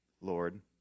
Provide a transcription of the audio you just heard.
Lord